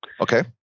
Okay